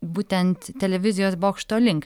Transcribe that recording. būtent televizijos bokšto link